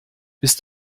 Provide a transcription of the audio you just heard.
bist